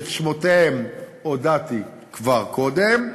את שמותיהם הודעתי כבר קודם.